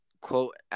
quote